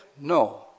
No